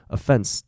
Offense